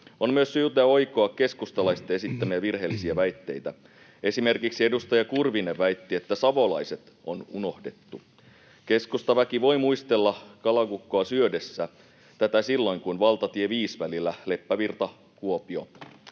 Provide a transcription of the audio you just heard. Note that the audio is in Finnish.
On myös syytä oikoa keskustalaisten esittämiä virheellisiä väitteitä. Esimerkiksi edustaja Kurvinen väitti, että savolaiset on unohdettu. Keskustaväki voi muistella kalakukkoa syödessä tätä silloin, kun valtatie 5 välillä Leppävirta—Kuopio